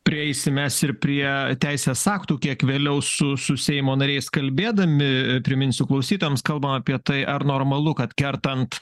prieisim mes ir prie teisės aktų kiek vėliau su su seimo nariais kalbėdami priminsiu klausytojams kalbam apie tai ar normalu kad kertant